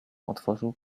otworzył